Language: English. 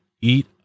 eat